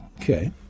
Okay